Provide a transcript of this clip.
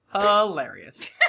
Hilarious